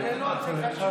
זה חשוב.